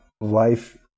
Life